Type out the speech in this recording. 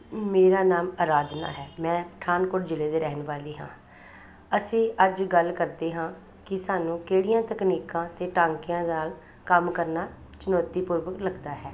ਮੇਰਾ ਨਾਮ ਅਰਾਧਨਾ ਹੈ ਮੈਂ ਪਠਾਨਕੋਟ ਜ਼ਿਲ੍ਹੇ ਦੀ ਰਹਿਣ ਵਾਲੀ ਹਾਂ ਅਸੀਂ ਅੱਜ ਗੱਲ ਕਰਦੇ ਹਾਂ ਕਿ ਸਾਨੂੰ ਕਿਹੜੀਆਂ ਤਕਨੀਕਾਂ ਅਤੇ ਟਾਂਕਿਆਂ ਨਾਲ ਕੰਮ ਕਰਨਾ ਚੁਣੌਤੀ ਪੂਰਵਕ ਲੱਗਦਾ ਹੈ